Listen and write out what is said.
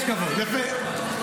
יש כבוד, יפה.